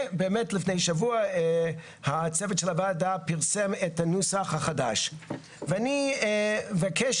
ובאמת לפני שבוע הצוות של הוועדה פרסם את הנוסח החדש ואני אבקש